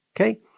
Okay